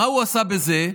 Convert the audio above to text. מה הוא עשה בזה?